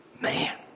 Man